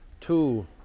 two